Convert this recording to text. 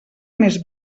més